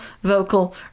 vocal